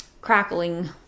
crackling